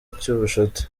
cy’ubucuti